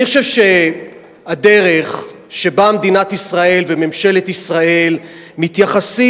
אני חושב שהדרך שבה מדינת ישראל וממשלת ישראל מתייחסות